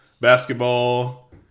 basketball